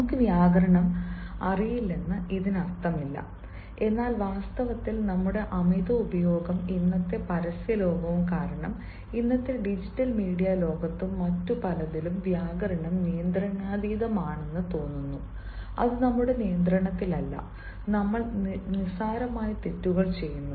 നമുക്ക് വ്യാകരണം അറിയില്ലെന്ന് ഇതിനർത്ഥമില്ല എന്നാൽ വാസ്തവത്തിൽ നമ്മുടെ അമിത ഉപയോഗവും ഇന്നത്തെ പരസ്യ ലോകവും കാരണം ഇന്നത്തെ ഡിജിറ്റൽ മീഡിയ ലോകത്തും മറ്റു പലതിലും വ്യാകരണം നിയന്ത്രണാതീതമാണെന്ന് തോന്നുന്നു അത് നമ്മുടെ നിയന്ത്രണത്തിലല്ല നമ്മൾ നിസാരമായ തെറ്റുകൾ ചെയ്യുന്നു